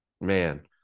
Man